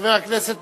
חבר הכנסת